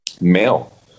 male